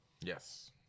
Yes